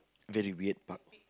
very weird park